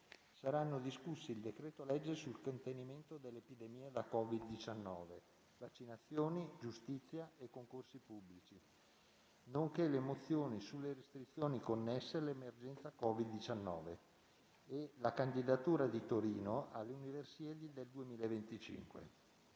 saranno discussi il decreto-legge sul contenimento dell'epidemia Covid-19, vaccinazioni, giustizia e concorsi pubblici, nonché le mozioni sulle restrizioni connesse all'emergenza Covid-19 e sulla candidatura di Torino alle Universiadi del 2025.